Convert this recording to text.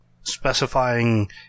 specifying